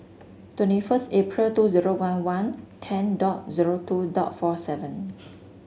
twenty first April two zero one one ten dot zero dot forty seven